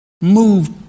move